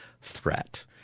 threat